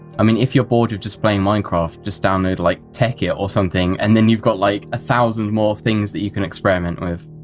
i mean if you're bored of just playing minecraft just download like tekkit or something and then you've got like a thousand more things that you can experiment with!